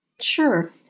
Sure